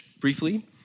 briefly